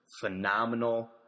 phenomenal